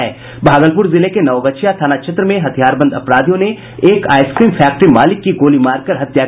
भागलपूर जिले के नवगछिया थाना क्षेत्र में हथियारबंद अपराधियों ने एक आईस क्रीम फैक्ट्री मालिक की गोली मारकर हत्या कर दी